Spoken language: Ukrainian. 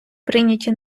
прийняті